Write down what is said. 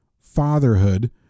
fatherhood